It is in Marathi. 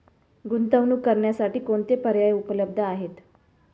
गुंतवणूक करण्यासाठी कोणते पर्याय उपलब्ध आहेत?